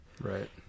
Right